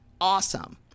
awesome